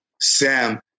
Sam